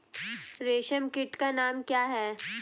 रेशम कीट का नाम क्या है?